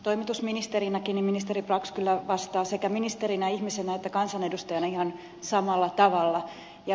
toimitusministerinäkin ministeri brax kyllä vastaa sekä ministerinä ihmisenä että kansanedustajana ihan samalla tavalla